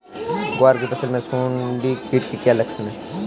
ग्वार की फसल में सुंडी कीट के क्या लक्षण है?